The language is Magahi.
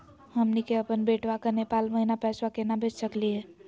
हमनी के अपन बेटवा क नेपाल महिना पैसवा केना भेज सकली हे?